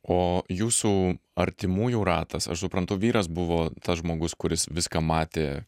o jūsų artimųjų ratas aš suprantu vyras buvo tas žmogus kuris viską matė